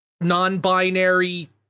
non-binary